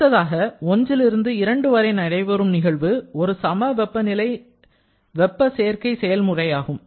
அடுத்ததாக ஒன்றிலிருந்து இரண்டு வரை நடைபெறும் நிகழ்வு ஒரு சம வெப்ப நிலை வெப்ப சேர்க்கை செயல்முறையாகும்